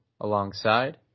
alongside